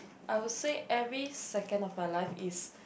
I would say every second of my life is